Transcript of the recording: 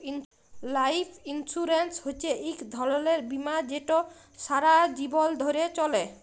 life insurance হছে ইক ধরলের বীমা যেট সারা জীবল ধ্যরে চলে